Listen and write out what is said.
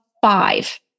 five